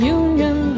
union